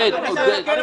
עודד, עודד.